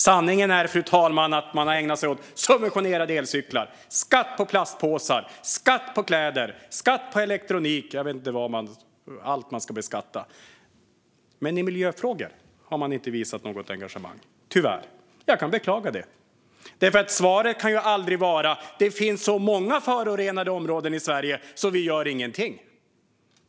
Sanningen är, fru talman, att man har ägnat sig åt subventionerade elcyklar, skatt på plastpåsar, skatt på kläder, skatt på elektronik - jag vet inte vad allt man ska beskatta. Men i miljöfrågor har man inte visat något engagemang - tyvärr. Jag kan beklaga det. Svaret kan aldrig vara att det finns så många förorenade områden i Sverige, så vi gör ingenting.